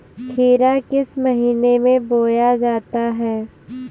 खीरा किस महीने में बोया जाता है?